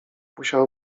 musiał